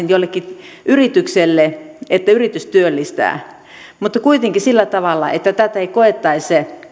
jollekin yritykselle että yritys työllistää mutta kuitenkin sillä tavalla että tätä ei koettaisi